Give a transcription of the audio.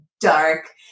dark